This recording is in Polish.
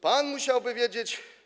Pan musiałby wiedzieć.